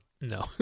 No